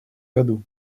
году